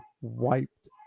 wiped